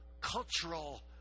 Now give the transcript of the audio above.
cultural